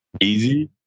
Easy